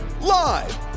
Live